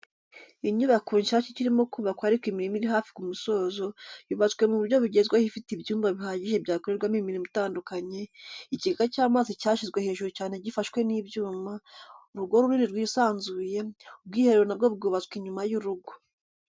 Inyubako nshyashya ikirimo kubakwa ariko imirimo iri hafi ku musozo, yubatswe mu buryo bugezweho ifite ibyumba bihagije byakorerwamo imirimo itandukanye, ikigega cy'amazi cyashyizwe hejuru cyane gifashwe n'ibyuma, urugo runini rwisanzuye, ubwiherero na bwo bwubatswe inyuma y'urugo.